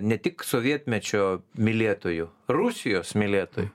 ne tik sovietmečio mylėtojų rusijos mylėtojų